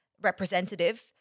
representative